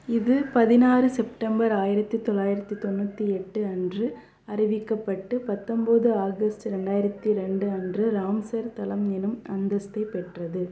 இது பதினாறு செப்டம்பர் ஆயிரத்து தொள்ளாயிரத்து தொண்ணூற்றி எட்டு அன்று அறிவிக்கப்பட்டு பத்தொம்போது ஆகஸ்ட் ரெண்டாயிரத்து ரெண்டு அன்று ராம்சர் தளம் எனும் அந்தஸ்தைப் பெற்றது